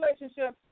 relationship